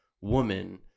woman